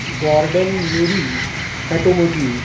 gordon murray automotive